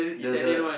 the the